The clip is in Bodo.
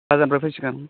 बाजारनिफ्राय फैसिगोन